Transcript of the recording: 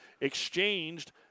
exchanged